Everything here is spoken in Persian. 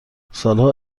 سالها